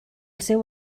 seu